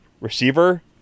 receiver